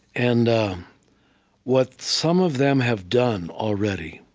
and what some of them have done already,